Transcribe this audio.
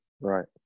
Right